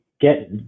get